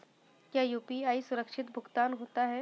क्या यू.पी.आई सुरक्षित भुगतान होता है?